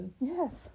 Yes